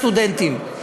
הסטודנטים,